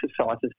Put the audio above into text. exercises